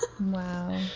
Wow